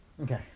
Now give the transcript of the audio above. Okay